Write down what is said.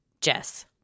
Jess